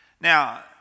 Now